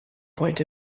point